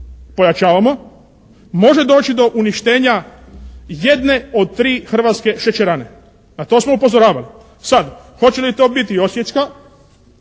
pojačavamo, može doći do uništenja jedne od tri hrvatske šećerane. Na to smo upozoravali. Sada hoće li to biti Osječka